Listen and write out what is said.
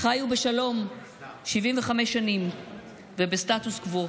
חיו בשלום 75 שנים בסטטוס קוו.